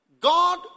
God